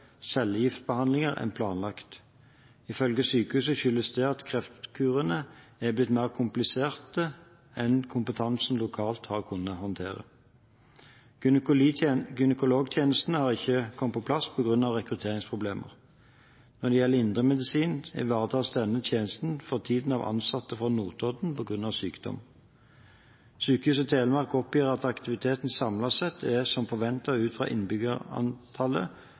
cellegiftbehandlinger enn planlagt. Ifølge sykehuset skyldes det at kreftkurene er blitt mer kompliserte enn kompetansen lokalt har kunnet håndtere. Gynekologitjenester har ikke kommet på plass på grunn av rekrutteringsproblemer. Når det gjelder indremedisin, ivaretas denne tjenesten for tiden av ansatte fra Notodden på grunn av sykdom. Sykehuset Telemark oppgir at aktiviteten samlet sett er som forventet ut fra innbyggerantallet